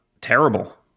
terrible